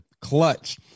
Clutch